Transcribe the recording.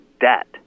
debt